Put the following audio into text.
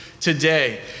today